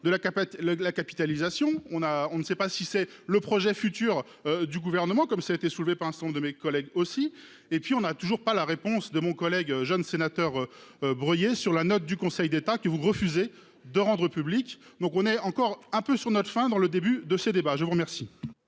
le la capitalisation on a, on ne sait pas si c'est le projet futur du gouvernement comme ça a été soulevée par son de mes collègues aussi et puis on a toujours pas la réponse de mon collègue jeune sénateur. Breuiller sur la note du Conseil d'État qui vous refusez de rendre. Donc on est encore un peu sur notre faim, dans le début de ces débats, je vous remercie.